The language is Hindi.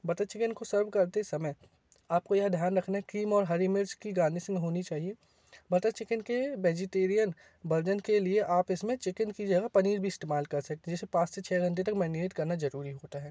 बटर चिकेन को सर्व करते समय आपको यह ध्यान रखना क्रीम और हरी मिर्च की गारनिसिंग होनी चाहिए बटर चिकेन के भेजिटेरियन बर्जन के लिए आप इसमें चिकेन कि जगह पनीर भी इस्तेमाल कर सकते हैं जिसे पाँच से छः घंटे तक मेरिनेट करना जरूरी होता है